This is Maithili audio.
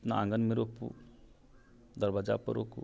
अपना आँगनमे रोपू दरवज्जापर रोपू